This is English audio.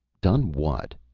done what?